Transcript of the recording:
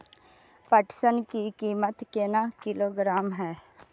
पटसन की कीमत केना किलोग्राम हय?